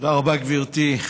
תודה רבה, גברתי,